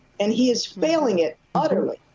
and he is failing it utterly.